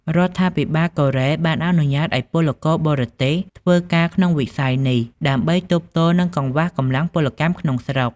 រដ្ឋាភិបាលកូរ៉េបានអនុញ្ញាតឱ្យពលករបរទេសធ្វើការក្នុងវិស័យនេះ ដើម្បីទប់ទល់នឹងកង្វះកម្លាំងពលកម្មក្នុងស្រុក ។